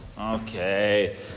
okay